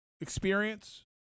experience